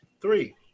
Three